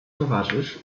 towarzysz